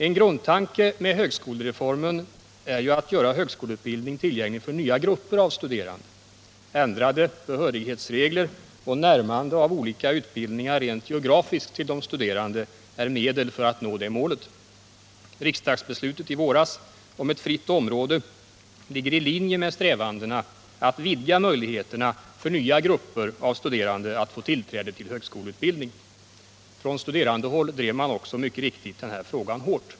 En grundtanke med högskolereformen är att göra högskoleutbildning tillgänglig för nya grupper av studerande. Ändrade behörighetsregler och närmande av olika utbildningar rent geografiskt till de studerande är medel för att nå det målet. Riksdagsbeslutet i våras om ett fritt område ligger i linje med strävandena att vidga möjligheterna för nya grupper av studerande att få tillträde till högskoleutbildning. Från studerandehåll drev man mycket riktigt den här frågan hårt.